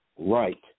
Right